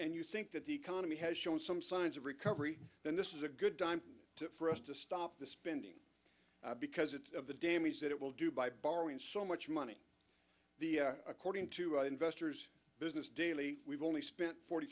and you think that the economy has shown some signs of recovery then this is a good time for us to stop the spending because it's the damage that it will do by borrowing much money according to investors business daily we've only spent forty